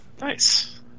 Nice